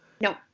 No